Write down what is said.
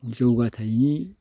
जौगाथाइनि